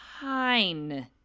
Fine